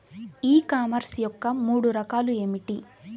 ఈ కామర్స్ యొక్క మూడు రకాలు ఏమిటి?